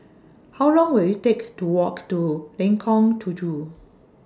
How Long Will IT Take to Walk to Lengkong Tujuh